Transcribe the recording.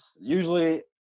usually